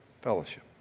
fellowship